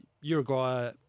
Uruguay